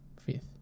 Fifth